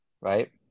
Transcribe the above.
right